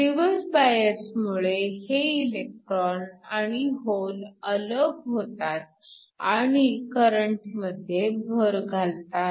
reverse bias मुळे हे electron आणि होल अलग होतात आणि करंटमध्ये भर घालतात